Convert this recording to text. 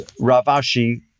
Ravashi